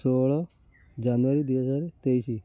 ଷୋହଳ ଜାନୁଆରୀ ଦୁଇହଜାର ତେଇଶି